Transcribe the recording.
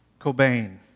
Cobain